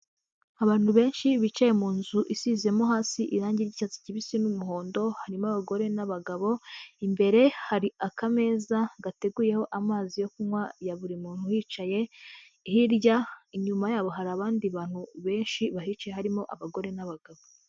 Abantu benshi bicaye mu nzu isizemo hasi irangi ry'icyatsi kibisi n'umuhondo, harimo abagore n'abagabo, imbere hari akameza gateguyeho amazi yo kunywa ya buri muntu uhicaye, hirya inyuma yabo hari abandi bantu benshi bahicaye harimo abagore n'abagabo.